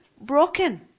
broken